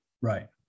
Right